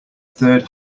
third